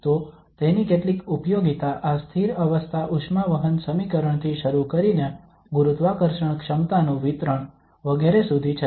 તો તેની કેટલીક ઉપયોગિતા આ સ્થિર અવસ્થા ઉષ્મા વહન સમીકરણ થી શરૂ કરીને ગુરુત્વાકર્ષણ ક્ષમતા નું વિતરણ વગેરે સુધી છે